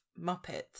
Muppets